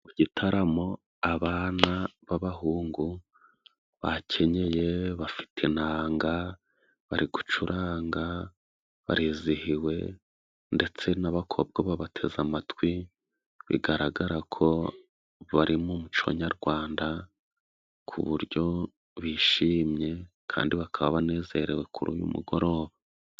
Mu igitaramo abana b'abahungu bakenyeye, bafite inanga, bari gucuranga, barizihiwe, ndetse n'abakobwa babateze amatwi, bigaragara ko bari mu muco nyarwanda, ku uburyo bishimye kandi bakaba banezerewe kuri uyu mugoroba.